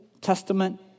Testament